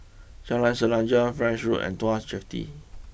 Jalan Sejarah French Road and Tuas Jetty